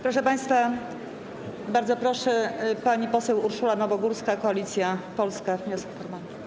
Proszę państwa, bardzo proszę, pani poseł Urszula Nowogórska, Koalicja Polska, z wnioskiem formalnym.